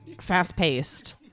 fast-paced